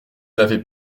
n’avez